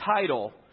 title